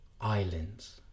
islands